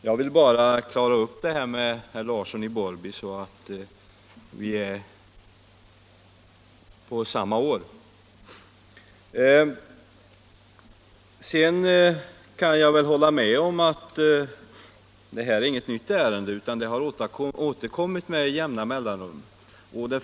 Jag vill klara upp detta med herr Larsson så att vi befinner oss på samma år. Jag kan hålla med om att detta inte är något nytt ärende. Det har återkommit med jämna mellanrum.